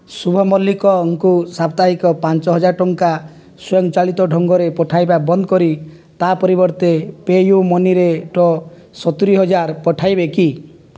ସୁଭ ମଲ୍ଲିକଙ୍କୁ ସାପ୍ତାହିକ ପାଞ୍ଚହଜାର ଟଙ୍କା ସ୍ୱୟଂ ଚାଳିତ ଢଙ୍ଗରେ ପଠାଇବା ବନ୍ଦ କରି ତା ପରିବର୍ତ୍ତେ ପେ' ୟୁ ମନିରେ ଟ ସତୁରି ହଜାର ପଠାଇବେ କି